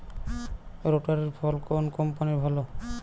রোটারের ফল কোন কম্পানির ভালো?